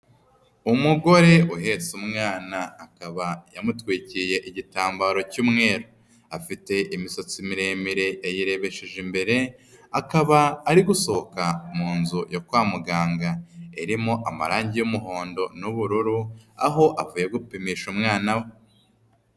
Umugore uhetse umwana, akaba yamutwikiriye igitambaro cy'umweru. Afite imisatsi miremire yayirebesheje imbere, akaba ari gusohoka mu nzu yo kwa muganga, irimo amarangi y'umuhondo n'ubururu, aho avuye gupimisha umwana we.